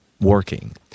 working